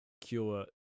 cure